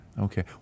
Okay